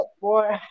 boy